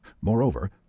Moreover